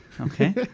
Okay